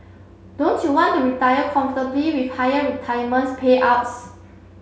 don't you want to retire comfortably with higher retirements payouts